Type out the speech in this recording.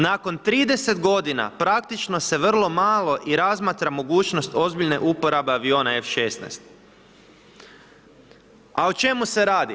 Nakon 30 godina praktično se vrlo malo i razmatra mogućnost ozbiljne uporabe aviona F16.“ A o čemu se radi?